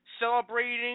celebrating